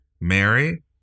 Mary